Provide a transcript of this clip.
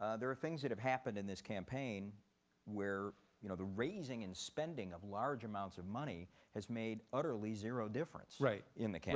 ah there are things that have happened in this campaign where you know the raising and spending of large amounts of money has made utterly zero difference in the